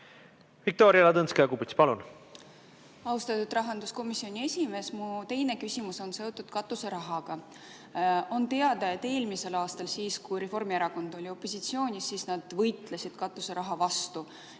Viktoria Ladõnskaja-Kubits, palun! Austatud rahanduskomisjoni esimees! Mu teine küsimus on seotud katuserahaga. On teada, et eelmisel aastal, siis, kui Reformierakond oli opositsioonis, nad võitlesid katuseraha vastu